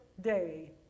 day